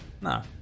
no